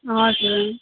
हजुर